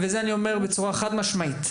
ואת זה אני אומר בצורה חד משמעית,